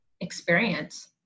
experience